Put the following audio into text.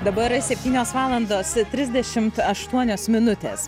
dabar septynios valandos trisdešimt aštuonios minutės